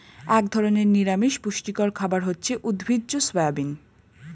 এক ধরনের নিরামিষ পুষ্টিকর খাবার হচ্ছে উদ্ভিজ্জ সয়াবিন